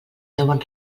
deuen